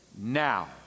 now